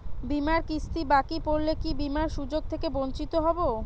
বিমার কিস্তি বাকি পড়লে কি বিমার সুযোগ থেকে বঞ্চিত হবো?